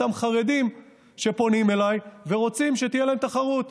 אותם חרדים שפונים אליי ורוצים שתהיה להם תחרות.